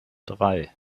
drei